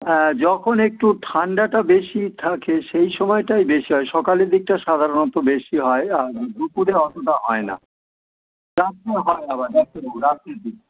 হ্যাঁ যখন একটু ঠান্ডাটা বেশি থাকে সেই সময়টাই বেশি হয় সকালের দিকটা সাধারণত বেশি হয় আর ওই দুপুরে অতটা হয় না রাত্রে হয় আবার ডাক্তারবাবু রাত্রির দিকে